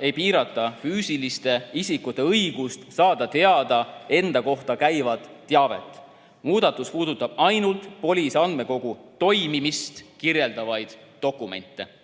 ei piirata füüsiliste isikute õigust saada teada enda kohta käivat teavet. Muudatus puudutab ainult andmekogu POLIS toimimist kirjeldavaid dokumente.